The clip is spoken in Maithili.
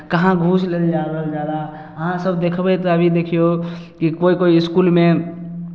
कहाँ घूस लेल जा रहल हइ जादा अहाँसभ देखबै तऽ अभी देखियौ कि कोइ कोइ इसकुलमे